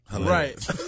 Right